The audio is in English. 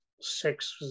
six